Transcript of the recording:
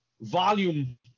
volume